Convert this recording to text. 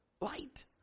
Light